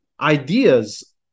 ideas